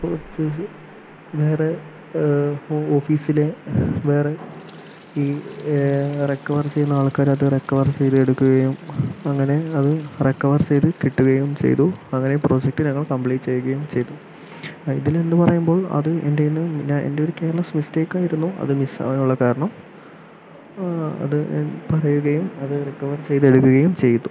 വേറെ ഓഫീസിലെ വേറെ ഈ റിക്കവറി ചെയ്യുന്ന ആൾക്കാര് അത് റിക്കവർ ചെയ്ത് എടുക്കയും അങ്ങനെ അത് റിക്കവർ ചെയ്ത് കിട്ടുകയും ചെയ്തു അങ്ങനെ പ്രോജക്ട് ഞങ്ങൾ കമ്പ്ലീറ്റ് ചെയ്യുകയും ചെയ്തു അതില് എന്ന് പറയുമ്പോൾ അത് എൻ്റെയെന്നെ പിന്നെ എൻ്റെ ഒരു കെയർലെസ്സ് മിസ്റ്റേക്ക് ആയിരുന്നു അത് മിസ്സ് ആകാനുള്ള കാരണം അത് ഞാൻ പറയുകയും അത് റിക്കവർ ചെയ്ത് എടുക്കുകയും ചെയ്തു